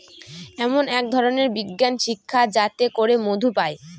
এমন এক ধরনের বিজ্ঞান শিক্ষা যাতে করে মধু পায়